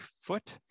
foot